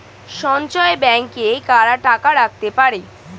সঞ্চয় ব্যাংকে কারা টাকা রাখতে পারে?